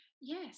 yes